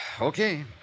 Okay